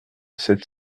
sept